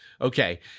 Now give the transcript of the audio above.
Okay